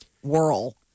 whirl